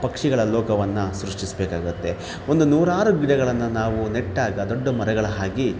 ಪಕ್ಷಿಗಳ ಲೋಕವನ್ನು ಸೃಷ್ಟಿಸಬೇಕಾಗುತ್ತೆ ಒಂದು ನೂರಾರು ಗಿಡಗಳನ್ನು ನಾವು ನೆಟ್ಟಾಗ ದೊಡ್ಡ ಮರಗಳ ಆಗಿ